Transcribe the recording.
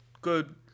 good